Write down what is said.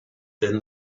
then